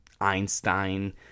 Einstein